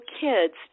kids